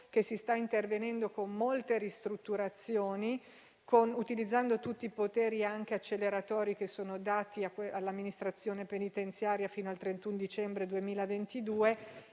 che si sta intervenendo con molte ristrutturazioni, utilizzando tutti i poteri anche acceleratori che sono dati all'amministrazione penitenziaria fino al 31 dicembre 2022